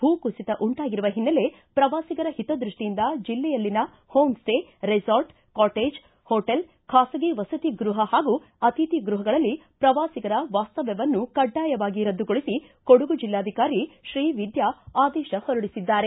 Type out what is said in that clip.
ಭೂಕುಸಿತ ಉಂಟಾಗಿರುವ ಹಿನ್ನೆಲೆ ಪ್ರವಾಸಿಗರ ಹಿತದೃಷ್ಟಿಯಿಂದ ಜಿಲ್ಲೆಯಲ್ಲಿನ ಹೋಂಸ್ಸೇ ರೆಸಾರ್ಟ ಕಾಟೇಜ್ ಹೋಟೇಲ್ ಖಾಸಗಿ ವಸತಿ ಗೃಹ ಹಾಗೂ ಅತಿಥಿಗೃಹಗಳಲ್ಲಿ ಪ್ರವಾಸಿಗರ ವಾಸ್ತವ್ಯವನ್ನು ಕಡ್ಡಾಯವಾಗಿ ರದ್ದುಗೊಳಿಸಿ ಕೊಡಗು ಜಿಲ್ಲಾಧಿಕಾರಿ ಶ್ರೀವಿದ್ದಾ ಆದೇಶ ಹೊರಡಿಸಿದ್ದಾರೆ